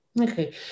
Okay